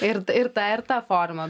ir ir ta ir ta forma